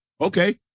Okay